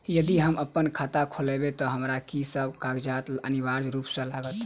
यदि हम अप्पन खाता खोलेबै तऽ हमरा की सब कागजात अनिवार्य रूप सँ लागत?